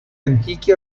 antichi